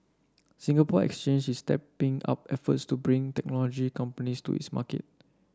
Singapore Exchange is stepping up efforts to bring technology companies to its market